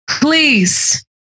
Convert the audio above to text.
Please